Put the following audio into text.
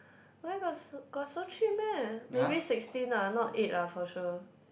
where got so got so cheap meh maybe sixteen ah not eight ah for sure